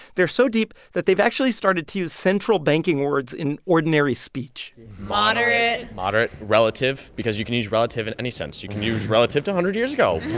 they're so deep that they've actually started to use central banking words in ordinary speech moderate moderate. relative because you can use relative in any sense. you can use relative to a hundred years ago,